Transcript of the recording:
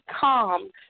calm